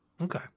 Okay